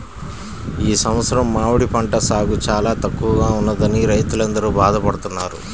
ఈ సంవత్సరం మామిడి పంట సాగు చాలా తక్కువగా ఉన్నదని రైతులందరూ బాధ పడుతున్నారు